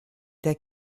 der